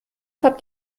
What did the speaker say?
habt